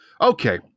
Okay